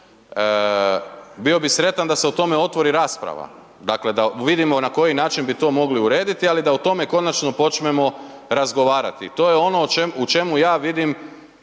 Bio bi sretan da se o tome otvori rasprava, dakle, da vidimo na koji način bi to mogli urediti, ali da o tome konačno počnemo razgovarati, to je ono u čemu ja vidim